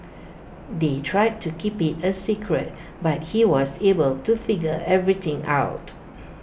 they tried to keep IT A secret but he was able to figure everything out